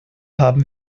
haben